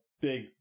big